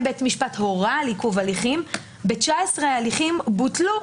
בית משפט הורה על עיכוב הליכים 19 הליכים בוטלו